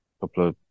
couple